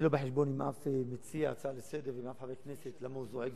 אני לא בא חשבון עם אף מציע הצעה לסדר ועם אף חבר כנסת למה הוא זועק.